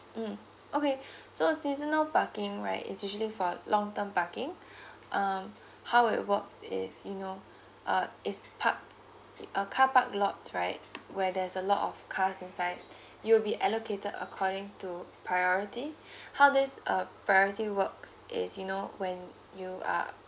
mm okay so seasonal parking right it's usually for long term parking um how it works is you know uh is park it uh car park lots right where there's a lot of cars inside you'll be allocated according to priority how this uh priority works is you know when you are